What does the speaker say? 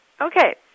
okay